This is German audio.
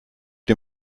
ihr